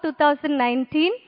2019